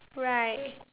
right